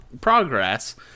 progress